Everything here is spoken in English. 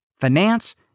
finance